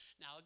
Now